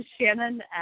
Shannon